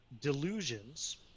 delusions